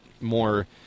more